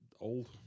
old